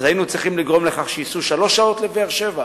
אז היינו צריכים לגרום לכך שייסעו שלוש שעות לבאר-שבע?